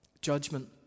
Judgment